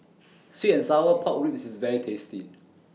Sweet and Sour Pork Ribs IS very tasty